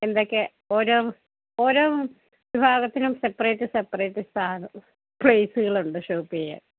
എന്തൊക്കെ ഓരോ ഓരോ വിഭാഗത്തിനും സെപ്പറേറ്റ് സെപ്പറേറ്റ് പ്ലേസുകളുണ്ട് ഷോപ്പെയ്യാൻ